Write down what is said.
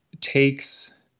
takes